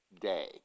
day